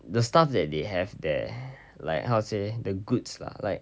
the stuff that they have their like how to say the goods lah like